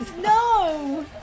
No